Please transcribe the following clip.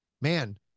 man